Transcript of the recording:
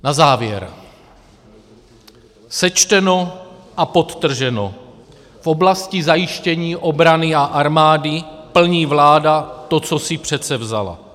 Na závěr sečteno a podtrženo: V oblasti zajištění obrany a armády plní vláda to, co si předsevzala.